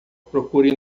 procure